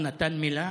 הוא נתן מילה,